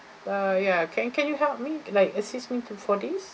uh ya can can you help me like assist me to for this